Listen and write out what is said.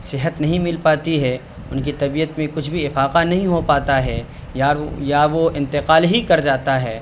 صحت نہیں مل پاتی ہے ان کی طبیعت میں کچھ بھی افاقہ نہیں ہو پاتا ہے یا یا وہ انتقال ہی کر جاتا ہے